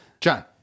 John